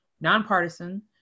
nonpartisan